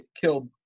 killed